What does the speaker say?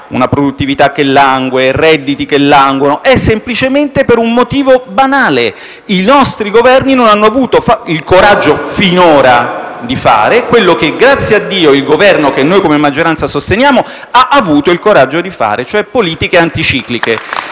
una produttività e redditi che languono, è semplicemente per un motivo banale: finora i nostri Governi non hanno avuto il coraggio di fare quello che - grazie a Dio - l'Esecutivo che noi come maggioranza sosteniamo ha avuto il coraggio di realizzare, cioè politiche anticicliche.